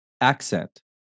accent